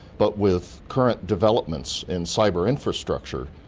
but with current developments in cyber infrastructure,